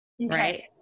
right